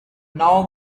now